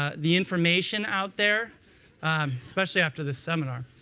ah the information out there especially after the seminar